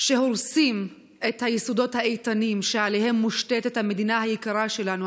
שהורסים את היסודות האיתנים שעליהם מושתת המדינה היקרה שלנו,